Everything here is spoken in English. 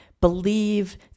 believe